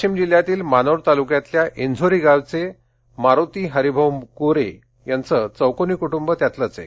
वाशिम जिल्ह्यातील मानोर तालुक्यातल्या इंमोरी गावचं मारोती हरिभाऊ गोरे यांचं चौकोनी कुटुंब त्यातलंच एक